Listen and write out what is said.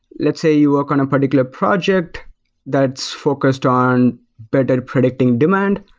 let's say you work on a particular project that's focused on better predicting demand.